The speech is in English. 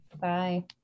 Bye